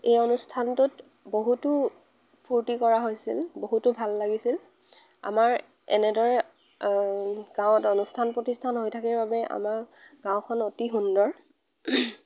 এই অনুষ্ঠানটোত বহুতো ফুৰ্টি কৰা হৈছিল বহুতো ভাল লাগিছিল আমাৰ এনেদৰে গাঁৱত অনুষ্ঠান প্ৰতিষ্ঠান হৈ থাকে বাবে আমাৰ গাঁওখন অতি সুন্দৰ